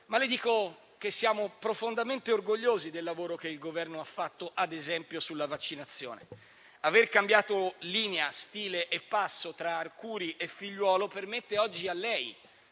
ma le dico che siamo profondamente orgogliosi del lavoro che il Governo ha fatto, ad esempio, sulla vaccinazione. Aver cambiato linea, stile e passo tra Arcuri e Figliuolo, permette oggi a lei,